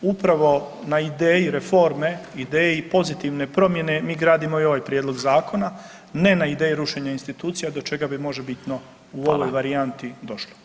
Upravo na ideji reforme, ideji pozitivne promjene mi gradimo i ovaj prijedlog zakona, ne na ideji rušenja institucija do čega bi možebitno u ovoj varijanti došlo.